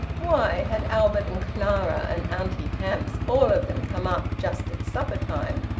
why had albert and clara and auntie hamps all of them come up just at supper-time?